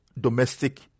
domestic